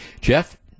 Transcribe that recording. Jeff